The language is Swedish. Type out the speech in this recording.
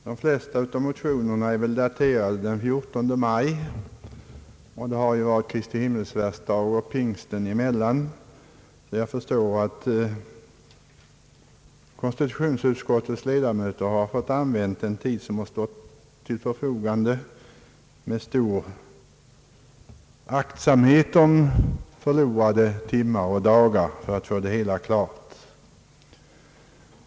De flesta av motionerna är väl daterade den 14 maj, och sedan har det ju varit både Kristi Himmelsfärdsdag och pingst; då förstår man att utskottets ledamöter har fått använda den tid som stått till förfogande med stor aktsamhet om timmar och dagar för att få det hela klart.